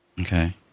Okay